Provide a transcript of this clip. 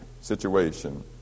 situation